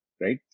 right